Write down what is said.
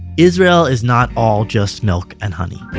israel is not all just milk and honey!